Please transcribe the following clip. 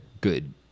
good